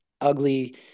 ugly